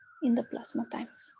in the plasma times.